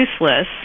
useless